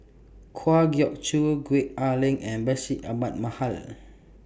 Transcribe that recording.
Kwa Geok Choo Gwee Ah Leng and Bashir Ahmad Mallal